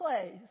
place